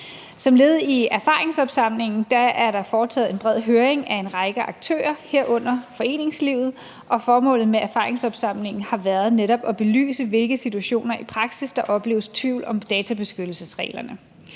Som led i erfaringsopsamlingen er der foretaget en bred høring af en række aktører, herunder foreningslivet, og formålet med erfaringsopsamlingen har været netop at belyse, i hvilke situationer i praksis der opleves tvivl om databeskyttelsesreglerne.